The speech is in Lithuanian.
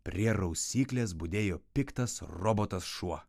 prie rausyklės budėjo piktas robotas šuo